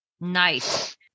Nice